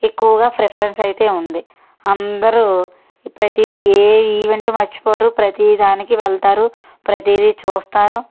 ఎక్కువగా ఫ్రిఫరెన్స్ అయితే ఉంది అందరూ ప్రతీది ఏ ఈవెంటు మరచిపోరు ప్రతీదానికీ వెళతారు ప్రతీదీ చూస్తారు